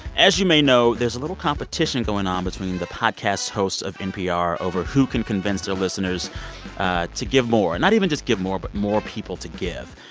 as you may know, there's a little competition going on between the podcast hosts of npr over who can convince their listeners to give more. and not even just give more, but more people to give.